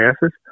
gases